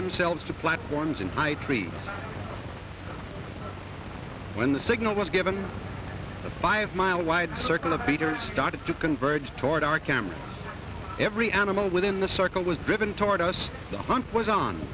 themselves to platforms in high tree when the signal was given the five mile wide circle of peter started to converge toward our camp every animal within the circle was driven toward us the hunt was on